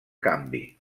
canvi